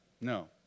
No